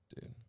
Dude